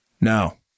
no